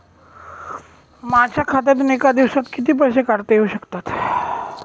माझ्या खात्यातून एका दिवसात किती पैसे काढता येऊ शकतात?